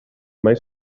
mai